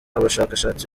bashakashatsi